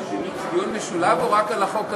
זה דיון משולב, או רק על החוק הזה?